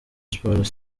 sports